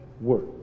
work